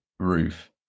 Roof